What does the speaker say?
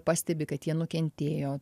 pastebi kad jie nukentėjo